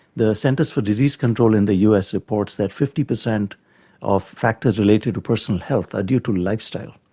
the centres for disease control in the us reports that fifty percent of factors related to personal health are due to lifestyle.